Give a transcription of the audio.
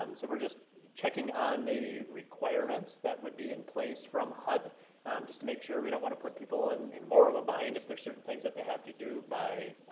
um so we're just checking on the requirements that would be in place from hud just to make sure, we don't want to put people in in more of a bind if there's certain things that they have to do by